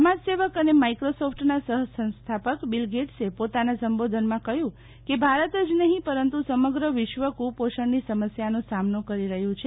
સમાજ સેવક અને માઈક્રોસોફ્ટ સહસંસ્થાપક બીલ ગેટ્સે પોતાના સંબોધનમાં કહ્યું કે ભારત જ નહિ પરંતુ સમગ્ર વિશ્વ કુપોષણની સમસ્યાનો સામનો કરી રહ્યું છે